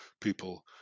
People